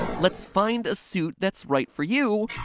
let's find a suit that's right for you.